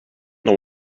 know